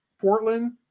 Portland